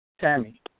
Tammy